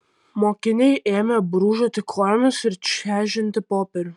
mokiniai ėmė brūžuoti kojomis ir čežinti popierių